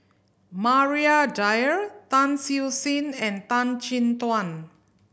Maria Dyer Tan Siew Sin and Tan Chin Tuan